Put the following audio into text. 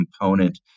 component